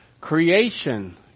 Creation